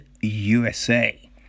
USA